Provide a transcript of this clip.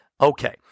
Okay